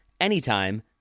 anytime